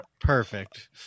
Perfect